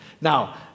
Now